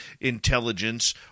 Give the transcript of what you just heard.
intelligence